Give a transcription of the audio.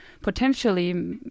potentially